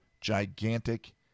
gigantic